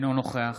אינו נוכח